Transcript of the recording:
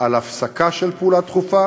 על הפסקה של פעולה דחופה